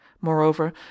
moreover